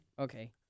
okay